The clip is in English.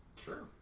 sure